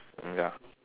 mm ya